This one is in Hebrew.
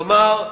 כלומר,